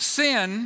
sin